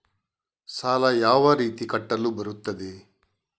ಸಾಲ ಯಾವ ರೀತಿ ಕಟ್ಟಲು ಬರುತ್ತದೆ?